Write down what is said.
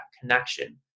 connection